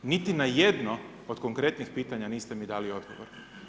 Niti na jedno od konkretnih pitanja niste mi dali odgovor.